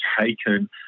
taken